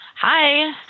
hi